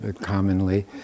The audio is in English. commonly